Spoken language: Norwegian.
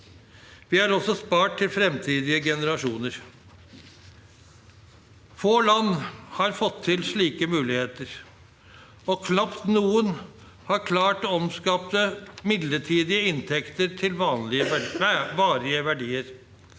Vi har også spart til fremtidige generasjoner. Få land har fått slike muligheter. Og knapt noen har klart å omskape midlertidige inntekter til varige verdier.